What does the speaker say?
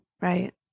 right